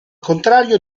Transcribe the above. contrario